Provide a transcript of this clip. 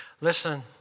Listen